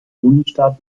bundesstaat